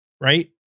Right